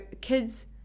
kids